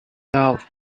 doubt